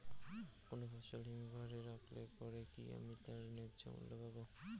কোনো ফসল হিমঘর এ রাখলে পরে কি আমি তার ন্যায্য মূল্য পাব?